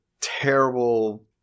terrible